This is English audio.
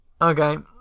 Okay